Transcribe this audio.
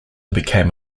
became